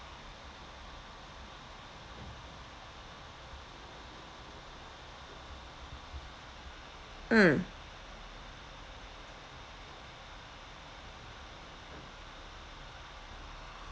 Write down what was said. mm